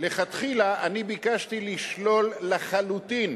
לכתחילה ביקשתי לשלול לחלוטין